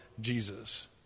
Jesus